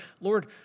Lord